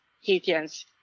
Haitians